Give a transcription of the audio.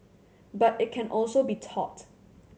but it can also be taught